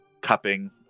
cupping